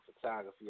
Photography